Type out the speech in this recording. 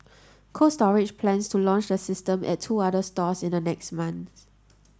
Cold Storage plans to launch the system at two other stores in the next months